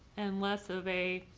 and less of a